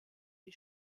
die